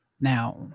Now